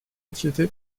inquiété